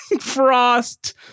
Frost